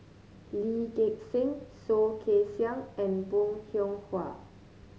Lee Gek Seng Soh Kay Siang and Bong Hiong Hwa